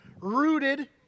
rooted